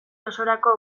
osorako